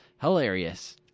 hilarious